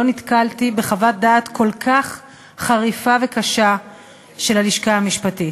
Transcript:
לא נתקלתי בחוות דעת כל כך חריפה וקשה של הלשכה המשפטית.